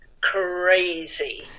crazy